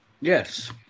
yes